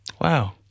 Wow